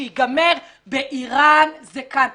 שייגמר ב"איראן זה כאן".